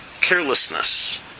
carelessness